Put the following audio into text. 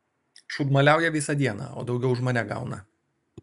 šūdmaliauja visą dieną o daugiau už mane gauna